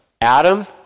Adam